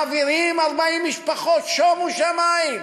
מעבירים 40 משפחות, שומו שמים.